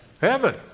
Heaven